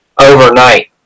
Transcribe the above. overnight